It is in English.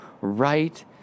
right